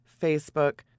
facebook